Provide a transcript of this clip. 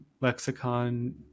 lexicon